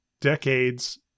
decades